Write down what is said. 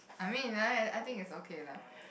I mean like that I think it's okay lah